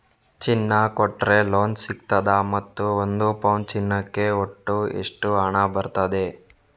ಚಿನ್ನ ಕೊಟ್ರೆ ಲೋನ್ ಸಿಗ್ತದಾ ಮತ್ತು ಒಂದು ಪೌನು ಚಿನ್ನಕ್ಕೆ ಒಟ್ಟು ಎಷ್ಟು ಹಣ ಬರ್ತದೆ?